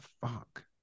fuck